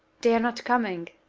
they are not coming,